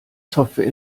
software